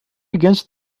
against